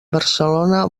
barcelona